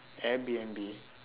Airbnb